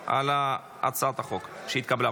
על הצעת החוק שהתקבלה.